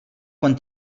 quan